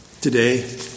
Today